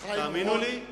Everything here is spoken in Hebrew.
תאמינו לי,